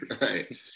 Right